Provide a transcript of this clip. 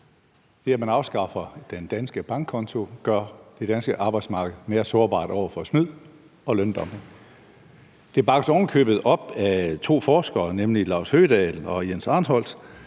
Det, at man afskaffer den danske bankkonto, gør det danske arbejdsmarked mere sårbart over for snyd og løndumping. Det bakkes ovenikøbet op af to forskere, nemlig Laust Høgedahl og Jens Arnholtz,